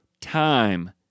time